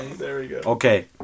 Okay